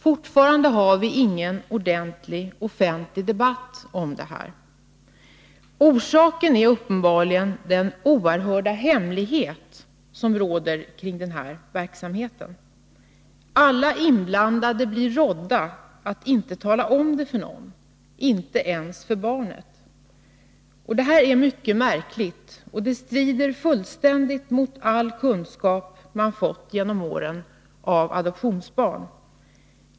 Fortfarande har vi ingen ordentlig offentlig debatt om detta. Orsaken är uppenbarligen den oerhörda hemlighet som råder kring den här verksamheten. Alla inblandade blir rådda att inte tala om det för någon, inte ens för barnet. Detta är mycket märkligt och strider fullständigt mot all kunskap man fått genom åren av adoptioner.